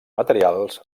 materials